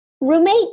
roommate